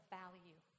value